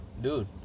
Dude